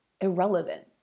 irrelevant